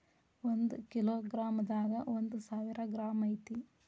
ಒಂದ kilogram ದಾಗ ಒಂದ ಸಾವಿರ ಗ್ರಾಂ ಐತಿ